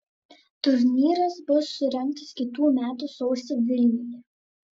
turnyras bus surengtas kitų metų sausį vilniuje